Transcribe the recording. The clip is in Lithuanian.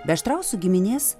be štrausų giminės